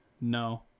no